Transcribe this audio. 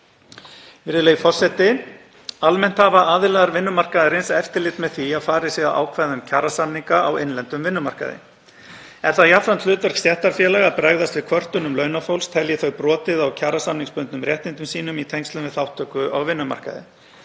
Virðulegi forseti. Almennt hafa aðilar vinnumarkaðarins eftirlit með því að farið sé að ákvæðum kjarasamninga á innlendum vinnumarkaði. Er það jafnframt hlutverk stéttarfélaga að bregðast við kvörtunum launafólks telji þau brotið á kjarasamningsbundnum réttindum sínum í tengslum við þátttöku á vinnumarkaði.